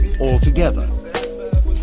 altogether